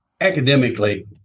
academically